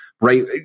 right